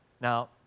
Now